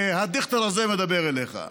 "הדיכטר הזה" מדבר אליך,